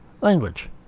language